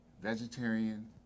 vegetarian